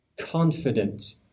confident